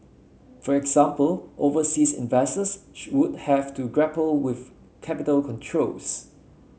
for example overseas investors should would have to grapple with capital controls